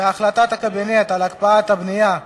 בהחלטת הקבינט על הקפאת הבנייה בהתנחלויות.